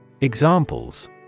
Examples